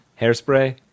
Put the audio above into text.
Hairspray